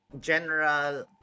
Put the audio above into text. general